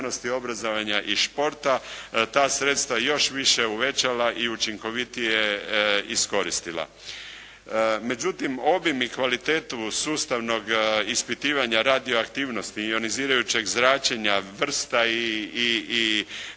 obrazovanja i športa ta sredstva još više uvećala i učinkovitije iskoristila. Međutim, obim i kvalitetu sustavnog ispitivanja radioaktivnosti ionizirajućeg zračenja, vrsta i